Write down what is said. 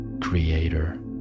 creator